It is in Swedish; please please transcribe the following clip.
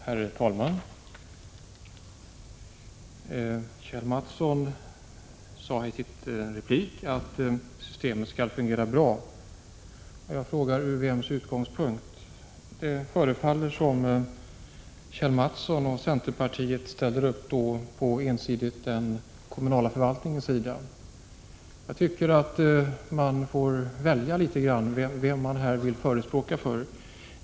Herr talman! Kjell Mattsson sade i sin replik att systemet skall fungera bra. Jag frågar då: Ur vems synpunkt? Det förefaller som om Kjell Mattsson och centerpartiet ställer upp ensidigt på den kommunala förvaltningens sida. Jag anser att man får välja litet grand vem man vill vara förespråkare för.